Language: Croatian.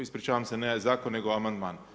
Ispričavam se, ne zakon, nego amandman.